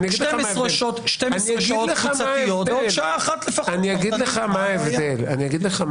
אומר לך מה ההבדל.